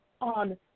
on